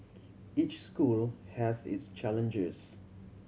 each school has its challenges